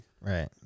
right